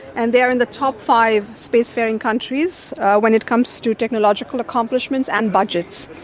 and they are in the top five spacefaring countries when it comes to technological accomplishments and budgets.